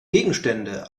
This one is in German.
gegenstände